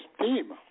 team